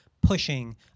pushing